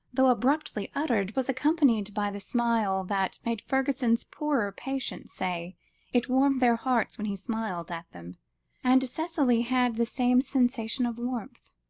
though abruptly uttered, was accompanied by the smile that made fergusson's poorer patients say it warmed their hearts when he smiled at them and cicely had the same sensation of warmth.